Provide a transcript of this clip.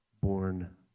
born